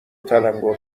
تلنگور